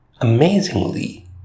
amazingly